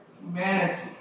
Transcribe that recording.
humanity